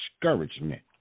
discouragement